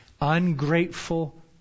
ungrateful